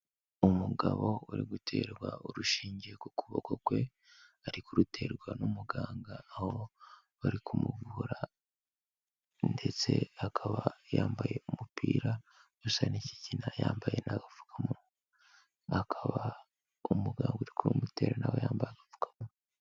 Umugabo uri guterwa urushinge ku kuboko kwe, ari kuruterwa n'umuganga, aho bari kumuvura ndetse akaba yambaye umupira usa n'ikigina, yambaye n'agapfukamunwa, akaba umuganga uri kurumutera na we yambaye agapfukamunwa.